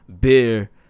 beer